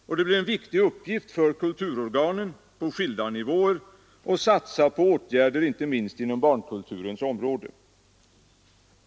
Och det blir en viktig uppgift för kulturorganen på skilda nivåer att satsa på åtgärder inte minst inom barnkulturens område.